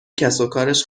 کسوکارش